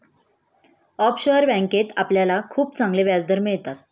offshore बँकेत आपल्याला खूप चांगले व्याजदर मिळतात